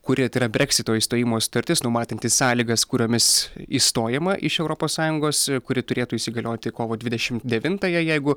kuri tai yra breksito išstojimo sutartis numatanti sąlygas kuriomis išstojama iš europos sąjungos kuri turėtų įsigalioti kovo dvidešim devintąją jeigu